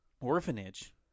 Orphanage